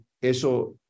eso